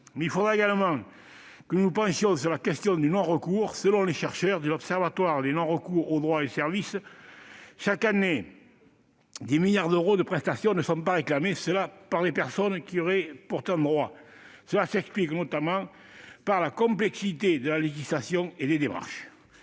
Il faudra également que nous nous penchions sur la question du non-recours. Selon les chercheurs de l'Observatoire des non-recours aux droits et services, chaque année, des milliards d'euros de prestations ne sont pas réclamés par des personnes qui y auraient pourtant droit. Cela s'explique notamment par la complexité de la législation et des démarches.